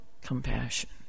compassion